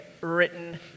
written